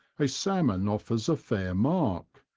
a salmon offers a fair mark,